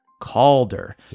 Calder